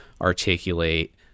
articulate